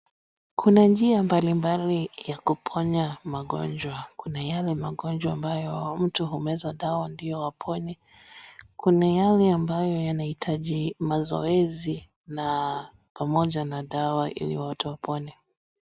Kuna njia mbalimbali ya kuponya magonjwa, kuna yale magonjwa ambayo mtu humeza dawa ndio wapone, kuna yale ambayo yanahitaji mazoezi pamoja na dawa ili watu wapaone.